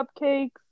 cupcakes